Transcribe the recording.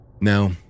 now